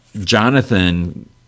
Jonathan